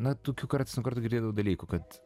na tokių karts nuo karto girdėtų dalykų kad